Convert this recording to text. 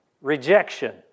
rejection